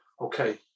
Okay